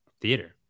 theater